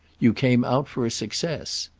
you came out for a success.